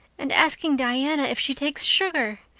and asking diana if she takes sugar!